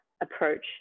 approach